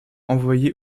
envoyé